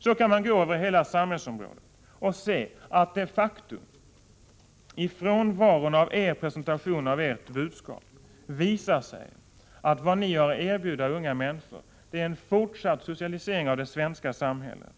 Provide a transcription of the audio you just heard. Så kan man fortsätta med exempel från alla samhällsområden och se att det, i frånvaron av någon presentation av ert budskap, visar sig att vad ni har att erbjuda unga människor är en fortsatt socialisering av det svenska samhället.